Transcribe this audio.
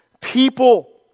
people